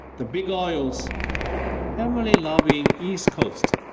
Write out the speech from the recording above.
the big oils heavily lobbying east coast,